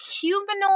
humanoid